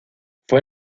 fue